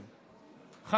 כן, כן.